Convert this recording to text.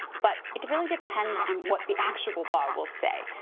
but it really depends on what the actual law will say.